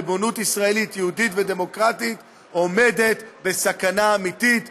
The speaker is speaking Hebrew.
בריבונות ישראלית יהודית ודמוקרטית עומדת בסכנה אמיתית,